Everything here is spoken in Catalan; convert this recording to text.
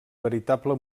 veritable